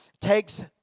takes